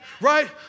Right